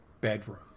bedroom